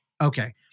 Okay